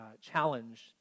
challenge